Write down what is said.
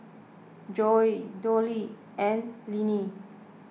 Zoie Doyle and Linnie